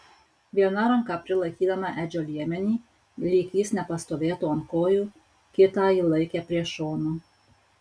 viena ranka prilaikydama edžio liemenį lyg jis nepastovėtų ant kojų kitą ji laikė prie šono